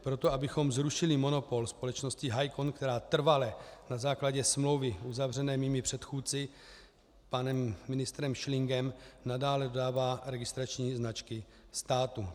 Proto, abychom zrušili monopol společnosti Hycon, která trvale na základě smlouvy uzavřené mými předchůdci, panem ministrem Schlingem, nadále dodává registrační značky státu.